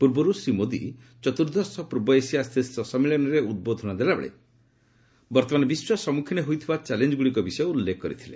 ପୂର୍ବରୁ ଶ୍ରୀ ମୋଦୀ ଚତ୍ର୍ଦ୍ଦଶ ପ୍ରର୍ବ ଏସିଆ ଶୀର୍ଷ ସମ୍ମଳିନୀରେ ଉଦ୍ବୋଧନ ଦେଲାବେଳେ ଆକି ବିଶ୍ୱ ସମ୍ମୁଖୀନ ହୋଇଥିବା ଚ୍ୟାଲେଞ୍ଜଗୁଡ଼ିକ ବିଷୟ ଉଲ୍ଲେଖ କରିଥିଲେ